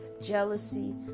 jealousy